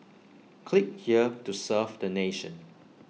click here to serve the nation